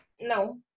no